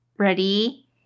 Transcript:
Ready